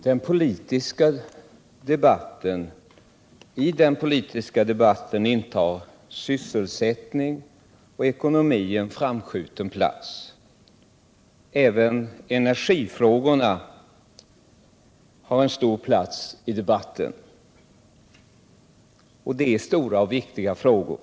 Herr talman! I den politiska debatten intar sysselsättning och ekonomi en framskjuten plats. Även energifrågorna har en stor plats i debatten. Det är stora och viktiga frågor.